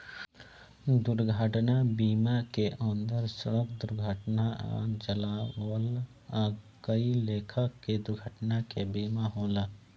दुर्घटना बीमा के अंदर सड़क दुर्घटना आ जलावल आ कई लेखा के दुर्घटना के बीमा होला